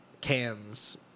Cans